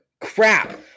Crap